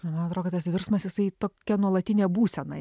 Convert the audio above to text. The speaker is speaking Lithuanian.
man atrodo kad tas virsmas jisai tokia nuolatinė būsena